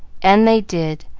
and they did,